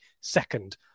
second